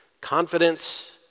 confidence